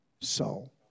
soul